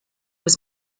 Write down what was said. was